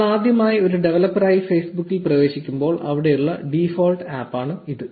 നിങ്ങൾ ആദ്യമായി ഒരു ഡവലപ്പറായി ഫേസ്ബുക്കിൽ പ്രവേശിക്കുമ്പോൾ അവിടെയുള്ള ഡീഫോൾട് ആപ്പാണ് ഇത്